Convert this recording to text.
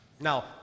Now